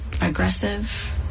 aggressive